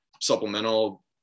supplemental